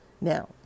Now